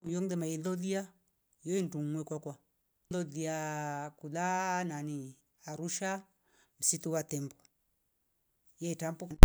Uyumdo mailolia yendungwe kwakwa lolia ahh kula nani arusha msitu wa tembo yatampo